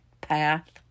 path